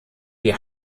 die